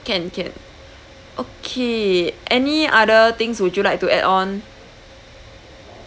can can okay any other things would you like to add on